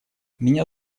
меня